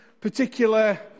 particular